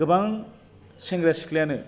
गोबां सेंग्रा सिख्लायानो